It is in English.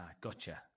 gotcha